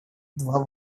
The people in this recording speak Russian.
два